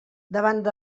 davant